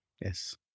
Yes